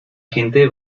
gente